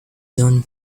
zone